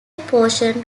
portion